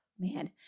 man